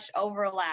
overlap